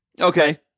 Okay